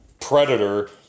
predator